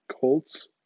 Colts